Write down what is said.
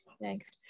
Thanks